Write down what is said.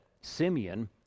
Simeon